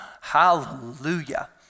Hallelujah